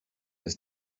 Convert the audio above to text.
ist